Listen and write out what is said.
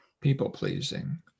people-pleasing